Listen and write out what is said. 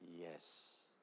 yes